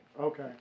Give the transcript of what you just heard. Okay